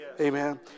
Amen